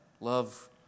love